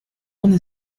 una